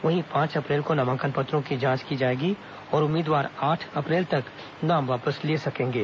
वहीं पांच अप्रैल को नामांकन पत्रों की जांच की जाएगी और उम्मीदवार आठ अप्रैल तक नाम वापस ले सकेंगे